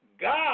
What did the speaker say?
God